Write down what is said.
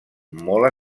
molt